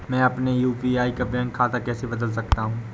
मैं अपने यू.पी.आई का बैंक खाता कैसे बदल सकता हूँ?